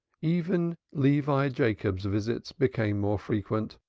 even levi jacob's visits became more frequent,